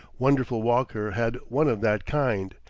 wonderful walker had one of that kind.